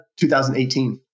2018